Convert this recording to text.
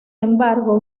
embargo